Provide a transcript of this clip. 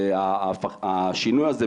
השינוי הזה,